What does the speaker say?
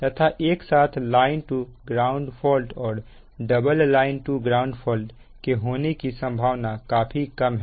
तथा एक साथ लाइन टू ग्राउंड फॉल्ट और double line to ground fault के होने की संभावना काफी कम है